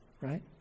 right